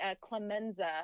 clemenza